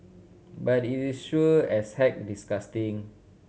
but it is sure as heck disgusting